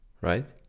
Right